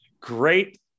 great